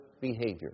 behavior